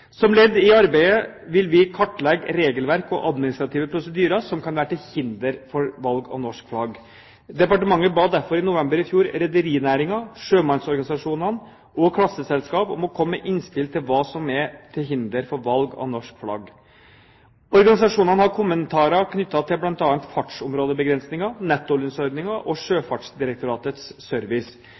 Som et ledd i arbeidet vil vi kartlegge regelverk og administrative prosedyrer som kan være til hinder for valg av norsk flagg. Departementet ba derfor i november i fjor rederinæringen, sjømannsorganisasjonene og klasseselskap om å komme med innspill til hva som er til hinder for valg av norsk flagg. Organisasjonene har kommentarer knyttet til bl.a. fartsområdebegrensningen, nettolønnsordningen og Sjøfartsdirektoratets service.